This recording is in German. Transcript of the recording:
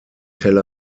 tel